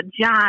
John